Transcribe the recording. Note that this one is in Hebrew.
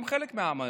הם חלק מהעם היהודי,